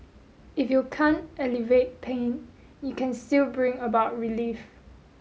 if you can't alleviate pain you can still bring about relief